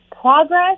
progress